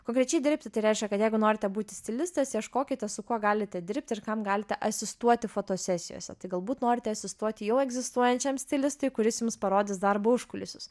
konkrečiai dirbti tai reiškia kad jeigu norite būti stilistas ieškokite su kuo galite dirbti ir kam galite asistuoti fotosesijose tai galbūt norite asistuoti jau egzistuojančiam stilistui kuris jums parodys darbo užkulisius